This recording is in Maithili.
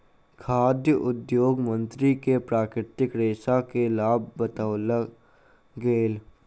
खाद्य उद्योग मंत्री के प्राकृतिक रेशा के लाभ बतौल गेल